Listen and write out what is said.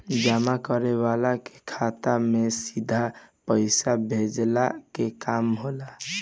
जमा करे वाला के खाता में सीधा पईसा भेजला के काम होला